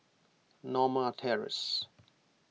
Norma Terrace